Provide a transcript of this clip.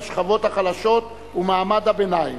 השכבות החלשות ומעמד הביניים.